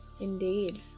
indeed